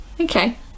okay